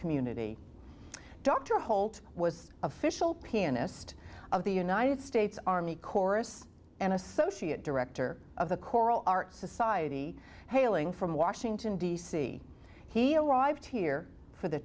community dr holt was official pianist of the united states army chorus and associate director of the choral our society hailing from washington d c he arrived here for the